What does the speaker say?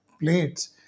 plates